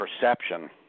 perception